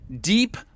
Deep